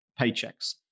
paychecks